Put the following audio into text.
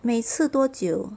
每次多久